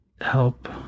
help